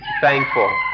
thankful